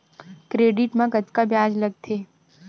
Credit मा कतका ब्याज लगथे?